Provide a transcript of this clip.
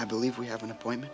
i believe we have an appointment